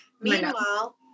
Meanwhile